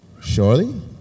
surely